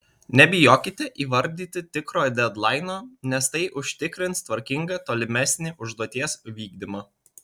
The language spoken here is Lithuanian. nebijokite įvardyti tikro dedlaino nes tai užtikrins tvarkingą tolimesnį užduoties vykdymą